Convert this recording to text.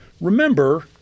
remember